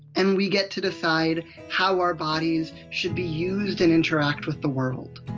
and we get to decide how our bodies should be used and interact with the world.